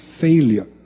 failure